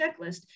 checklist